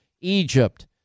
Egypt